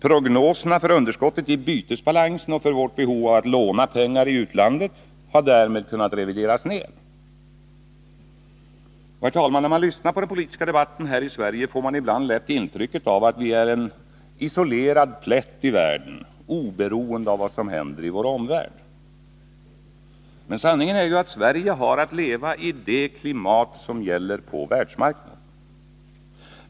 Prognoserna för underskottet i bytesbalansen och för vårt behov av att låna pengar i utlandet har därmed kunnat revideras ned. Herr talman! När man lyssnar på den politiska debatten här i Sverige får man ibland lätt intrycket av att vi är en isolerad plätt i världen, oberoende av vad som händer i vår omvärld. Men sanningen är att Sverige har att leva i det klimat som gäller på världsmarknaden.